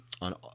on